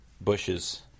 bushes